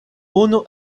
unu